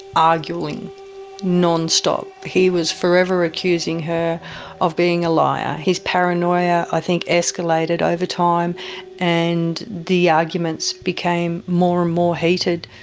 arguing non-stop. he was forever accusing her of being a a liar. his paranoia i think escalated over time and the arguments became more and more heated.